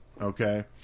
okay